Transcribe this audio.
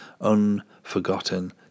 unforgotten